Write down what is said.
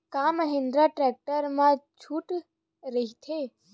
का महिंद्रा टेक्टर मा छुट राइथे?